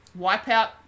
wipeout